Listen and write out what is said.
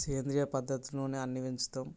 సేంద్రీయ పద్ధతిలోనే అన్ని పెంచుతాము